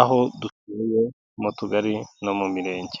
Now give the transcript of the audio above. aho dusuye mu tugari no mu mirenge.